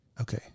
Okay